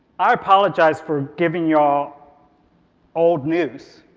i apologize for giving you all old news.